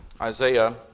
Isaiah